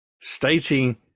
stating